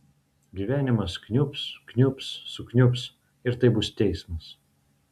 gyvenimas kniubs kniubs sukniubs ir tai bus teismas